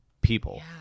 people